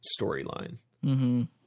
storyline